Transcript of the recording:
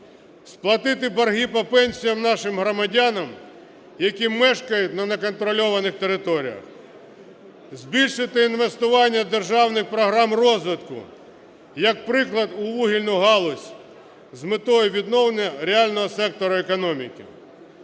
Сплатити борги по пенсіям нашим громадянам, які мешкають на не контрольованих територіях. Збільшити інвестування державних програм розвитку, як приклад, у вугільну галузь, з метою відновлення реального сектору економіки.